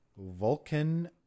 Vulcan